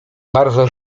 bardzo